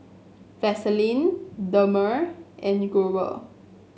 Vaselin Dermale and Growell